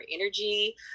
energy